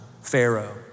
Pharaoh